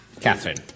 Catherine